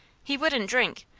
he wouldn't drink.